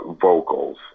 vocals